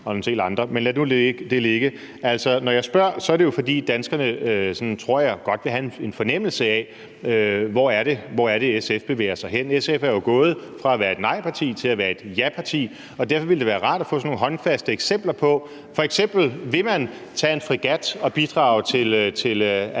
– og en del andre. Men lad nu det ligge. Altså, når jeg spørger, er det jo, fordi danskerne, tror jeg, godt vil have en fornemmelse af, hvor det er, SF bevæger sig hen. SF er jo gået fra at være et nejparti til at være et japarti, og derfor ville det være rart at få nogle håndfaste eksempler. Altså, vil man f.eks. tage en fregat og bidrage til